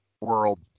world